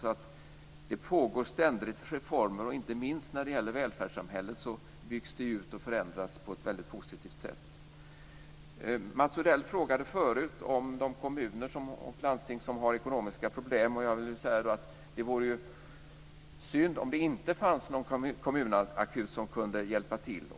Det pågår alltså ständigt ett reformarbete, och inte minst när det gäller välfärdssamhället byggs det ut och förändras på ett mycket positivt sätt. Mats Odell frågade förut om de kommuner och landsting som har ekonomiska problem, och jag vill då säga att det vore synd om det inte fanns någon kommunakut som kunde hjälpa till.